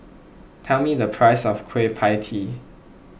tell me the price of Kueh Pie Tee